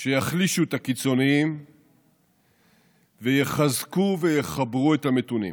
שיחלישו את הקיצונים ויחזקו ויחברו את המתונים.